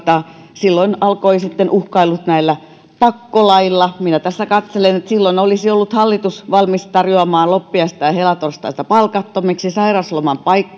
silloin alkoivat sitten uhkailut näillä pakkolaeilla minä tässä katselen että silloin olisi ollut hallitus valmis tarjoamaan loppiaista ja ja helatorstaita palkattomiksi sairausloman